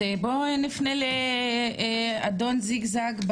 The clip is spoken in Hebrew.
אז בוא נפנה לאדון זיגזג,